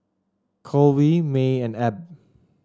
Colby May and Abb